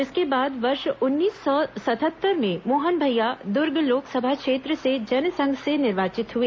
इसके बाद वर्ष उन्नीस सौ सतहत्तर में मोहन भैया दुर्ग लोक सभा क्षेत्र से जनसंघ से निर्वाचित हुए